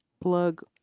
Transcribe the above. Plug